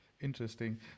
interesting